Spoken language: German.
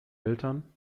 eltern